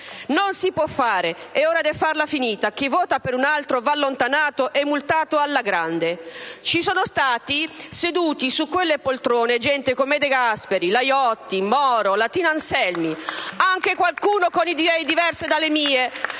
Non si può fare, è ora de farla finita, chi vota per un altro va allontanato e multato alla grande!!! Ci sono stati seduti su quelle poltrone gente come De Gasperi, la Iotti, Moro e Tina Anselmi. *(Applausi dal Gruppo M5S).*Anche qualcuno con idee diverse dalle mie,